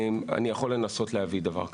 כן, אני יכול לנסות להביא דבר כזה.